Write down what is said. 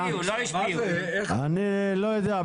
יודע,